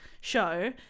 show